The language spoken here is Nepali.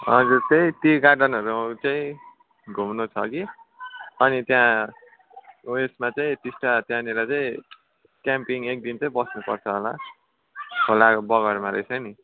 हजुर त्यही टी गार्डनहरू अब चाहिँ घुम्न छ कि अनि त्यहाँ उयसमा चाहिँ टिस्टा त्यहाँनिर चाहिँ क्याम्पिङ एकदिन चाहिँ बस्नसक्छ होला खोलाको बगरमा रहेछ नि